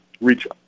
reach